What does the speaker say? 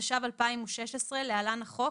התשע"ו-2016 (להלן - החוק),